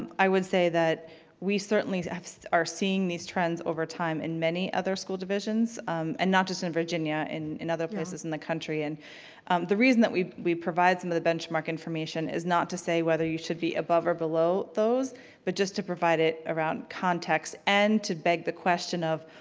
i would say that we certainly so are seeing these trends over time in many other school divisions um and not just in virginia, in in other places in the country. and the reason that we we provide some of the benchmark information is not to say whether you should be above or below those but just to provide it around context and to beg the question of,